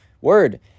word